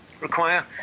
require